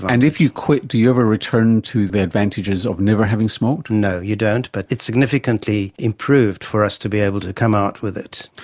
and if you quit do you ever return to the advantages of never having smoked? no, you don't but it is significantly improved for us to be able to come out with it.